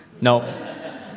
No